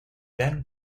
then